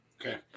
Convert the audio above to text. Okay